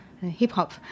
Hip-hop